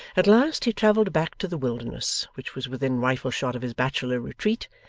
at last, he travelled back to the wilderness, which was within rifle-shot of his bachelor retreat,